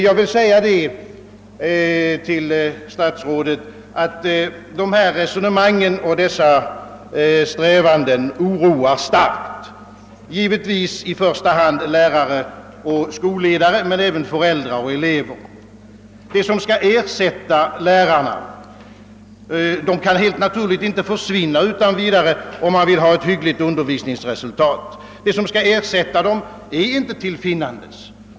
Jag vill tala om för herr statsrådet, att dessa resonemang och strävanden oroar starkt, givetvis i första hand lärare och skolledare men även föräldrar och elever. Det som skall ersätta lärarna — dessa kan helt naturligt inte försvinna utan vidare, om man vill få ett hyggligt undervisningsresultat — finns inte.